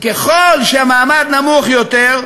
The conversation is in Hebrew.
ככל שהמעמד נמוך יותר,